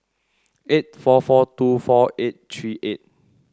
eight four four two four eight three eight